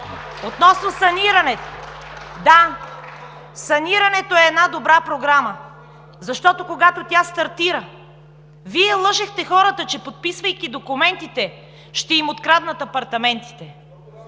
Относно санирането. Да, санирането е една добра програма. Когато тя стартира, Вие лъжехте хората, че подписвайки документите, ще им откраднат апартаментите.